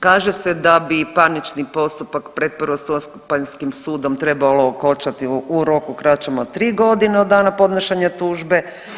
Kaže se da bi parnični postupak pred prvostupanjskim sudom trebalo okončati u roku kraćem od tri godine od dana podnošenja tužbe.